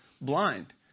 blind